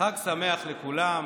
חג שמח לכולם.